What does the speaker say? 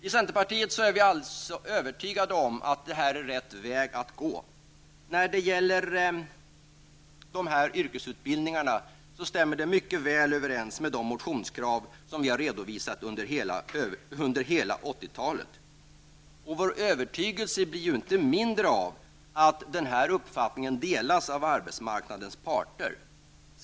Vi i centerpartiet är övertygade om att den här föreslagna vägen är den rätta vägen att gå. När det gäller yrkesutbildningarna stämmer vad som här framgår mycket väl överens med de motionskrav som vi har redovisat under hela 80 talet. Vår övertygelse blir inte mindre när vi märker att vår uppfattning delas av arbetsmarknadens parter.